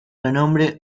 renombre